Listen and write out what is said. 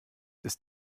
ist